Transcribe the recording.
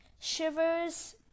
shivers